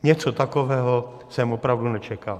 Něco takového jsem opravdu nečekal.